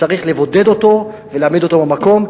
צריך לבודד אותו ולהעמיד אותו במקום,